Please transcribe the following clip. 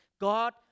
God